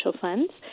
funds